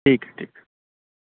ठीक ठीक